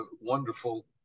wonderful